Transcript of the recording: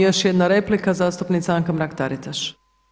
Još jedna replika zastupnica Anka Mrak-Taritaš.